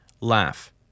laugh